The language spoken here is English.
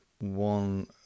One